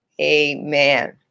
Amen